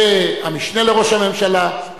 והמשנה לראש הממשלה,